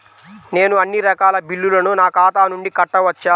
నేను అన్నీ రకాల బిల్లులను నా ఖాతా నుండి కట్టవచ్చా?